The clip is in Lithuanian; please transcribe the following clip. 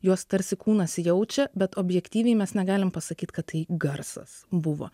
juos tarsi kūnas jaučia bet objektyviai mes negalim pasakyt kad tai garsas buvo